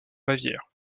bavière